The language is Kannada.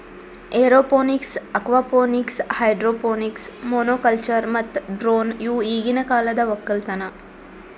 ಏರೋಪೋನಿಕ್ಸ್, ಅಕ್ವಾಪೋನಿಕ್ಸ್, ಹೈಡ್ರೋಪೋಣಿಕ್ಸ್, ಮೋನೋಕಲ್ಚರ್ ಮತ್ತ ಡ್ರೋನ್ ಇವು ಈಗಿನ ಕಾಲದ ಒಕ್ಕಲತನ